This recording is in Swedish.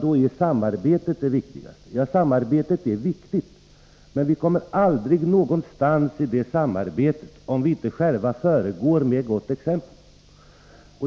Då är samarbetet det viktigaste. Ja, samarbetet är viktigt. Men vi kommer aldrig någonstans i det samarbetet om vi inte själva föregår med gott exempel.